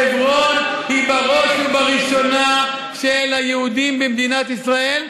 חברון היא בראש ובראשונה של היהודים במדינת ישראל,